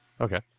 Okay